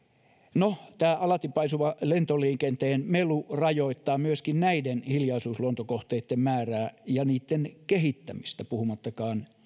no tämä alati paisuva lentoliikenteen melu rajoittaa myöskin näiden hiljaisuusluontokohteitten määrää ja niitten kehittämistä puhumattakaan